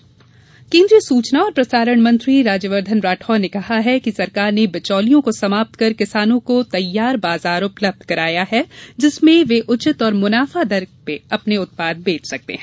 राज्यवर्धन केन्द्रीय सूचना और प्रसारण मंत्री राज्यवर्धन सिंह राठौड़ ने कहा है कि सरकार ने बिचौलियों को समाप्त कर किसानों को तैयार बाजार उपलब्ध कराया है जिसमें वे उचित और मुनाफा दर में अपने उत्पाद बेच सकते हैं